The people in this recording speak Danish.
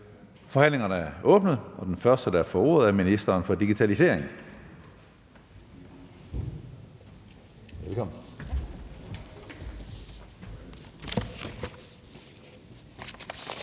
Forhandlingen er åbnet, og den første, der får ordet her, er ministeren for ligestilling. (Ministeren